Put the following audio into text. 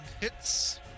hits